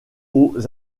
aux